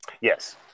Yes